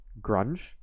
Grunge